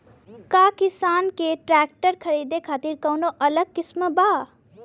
का किसान के ट्रैक्टर खरीदे खातिर कौनो अलग स्किम बा?